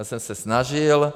Já jsem se snažil.